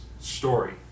story